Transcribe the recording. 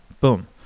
boom